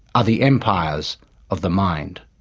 are the empires of the mind.